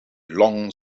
long